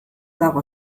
dago